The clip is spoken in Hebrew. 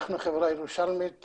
אנחנו חברה ירושלמית.